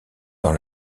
dans